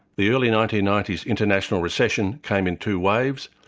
the early nineteen ninety s international recession came in two waves,